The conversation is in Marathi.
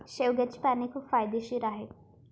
शेवग्याची पाने खूप फायदेशीर आहेत